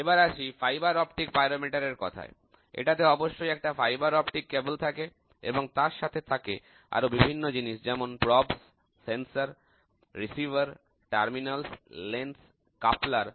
এবার আসি fibre optic pyrometer এর কথায় এটাতে অবশ্যই একটা ফাইবার অপটিক তার থাকে এবং তার সাথে থাকে আরো বিভিন্ন জিনিস যেমন শলা সেন্সর গ্রাহক প্রান্তিক লেন্স সংযোজক and সংযোগকারী